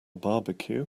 barbecue